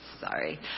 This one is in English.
Sorry